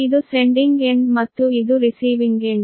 ಇದು sending end ಮತ್ತು ಇದು ರಿಸೀವಿಂಗ್ ಎಂಡ್